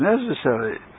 necessary